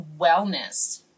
wellness